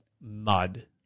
mud